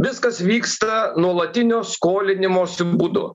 viskas vyksta nuolatinio skolinimosi būdu